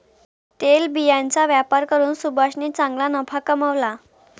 तेलबियांचा व्यापार करून सुभाषने चांगला नफा कमावला